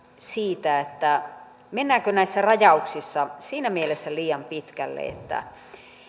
siitä mennäänkö näissä rajauksissa liian pitkälle siinä mielessä